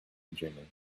dreaming